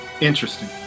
Interesting